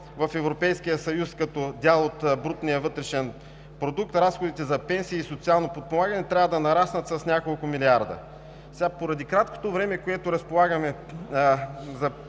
в Европейския съюз като дял от брутния вътрешен продукт, разходите за пенсии и социално подпомагане трябва да нараснат с няколко милиарда. Поради краткото време, с което разполагаме за